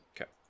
Okay